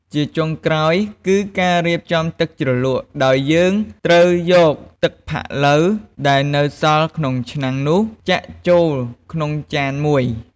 ជាចុងក្រោយ គឺការរៀបចំទឹកជ្រលក់ ដោយយើងត្រូវយកទឹកផាក់ឡូវ ដែលនៅសល់ក្នុងឆ្នាំងនោះ ចាក់ចូលក្នុងចានមួយ។